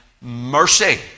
mercy